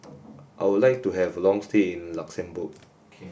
I would like to have a long stay in Luxembourg